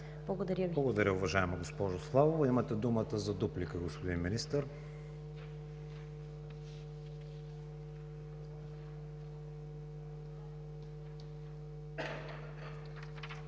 ВИГЕНИН: Благодаря, уважаема госпожо Славова. Имате думата за дуплика, господин Министър.